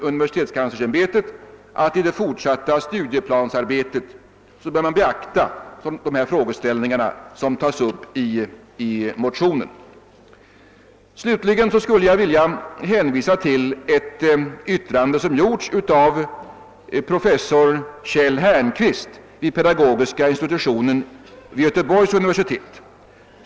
Universitetskanslersämbetet menar att man i det fortsatta studieplansarbetet bör beakta de frågeställningar som tas upp i motionen. Slutligen skulle jag vilja hänvisa till ett yttrande som avgivits av professor Kjell Härnqvist vid pedagogiska institutionen vid Göteborgs universitet.